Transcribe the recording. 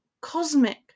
cosmic